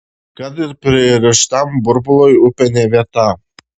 kad ir pririštam burbului upė ne vieta